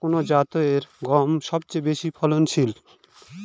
কোন জাতের গম সবথেকে বেশি ফলনশীল?